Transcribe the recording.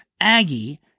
Aggie